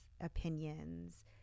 opinions